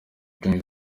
king